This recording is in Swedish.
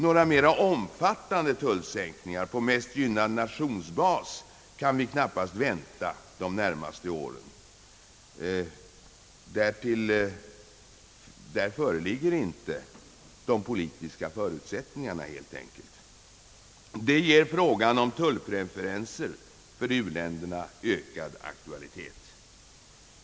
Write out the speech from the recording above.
Några mera omfattande tullsänkningar på basis av mest gynnade nation kan vi knappast vänta de närmaste åren — de politiska förutsättningarna därtill föreligger helt enkelt inte. Detta ger frågan om tullpreferenser för u-länderna ökad aktualitet.